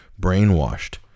brainwashed